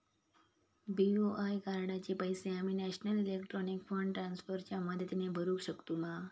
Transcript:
BOI कार्डाचे पैसे आम्ही नेशनल इलेक्ट्रॉनिक फंड ट्रान्स्फर च्या मदतीने भरुक शकतू मा?